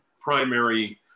primary